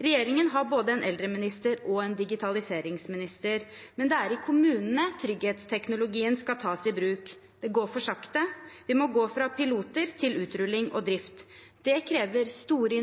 Regjeringen har både en eldreminister og en digitaliseringsminister, men det er i kommunene trygghetsteknologien skal tas i bruk. Det går for sakte. Vi må gå fra piloter til utrulling og drift. Det krever store